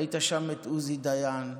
ראית שם את עוזי דיין,